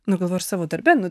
nu galvoju ir savo darbe nu